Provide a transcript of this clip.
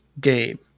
game